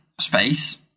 space